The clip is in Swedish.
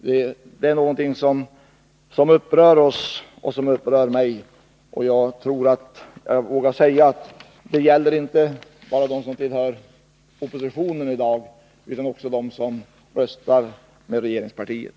Detta är någonting som upprör oss — och jagtror att jag vågar säga att det inte bara gäller dem som tillhör oppositionen i dag utan också dem som röstar med regeringspartiet.